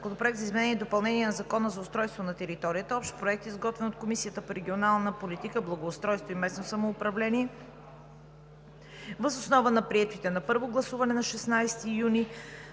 Законопроекта за изменение и допълнение на Закона за устройство на територията (Общ проект, изготвен от Комисията по регионална политика, благоустройство и местно самоуправление, въз основа на приетите на първо гласуване на 13 юни